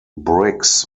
bricks